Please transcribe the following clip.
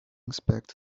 inspect